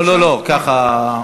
לא ככה.